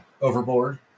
overboard